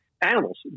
animals